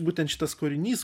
būtent šitas kūrinys